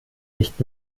nicht